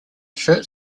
shirt